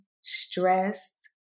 stress